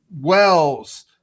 Wells